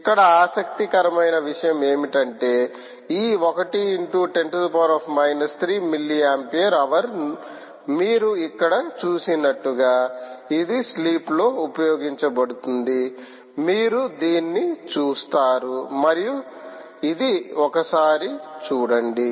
ఇక్కడ ఆసక్తికరమైన విషయం ఏమిటంటే ఈ 1 × 10−3 మిల్లీ ఆంపియర్హవర్ మీరు ఇక్కడ చూసినట్లుగా ఇది స్లీప్లో ఉపయోగించబడుతుంది మీరు దీన్ని చూస్తారు మరియు ఇది ఒక్కసారి చూడండి